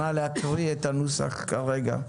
נא להקריא את הנוסח כרגע.